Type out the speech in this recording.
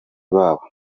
babo